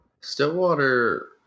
Stillwater